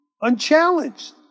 unchallenged